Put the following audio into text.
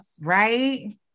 right